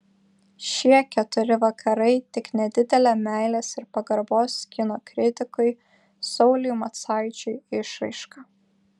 šie keturi vakarai tik nedidelė meilės ir pagarbos kino kritikui sauliui macaičiui išraiška